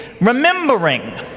remembering